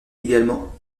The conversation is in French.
également